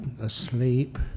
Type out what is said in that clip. asleep